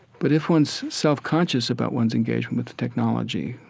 but if one's self-conscious about one's engagement with the technology,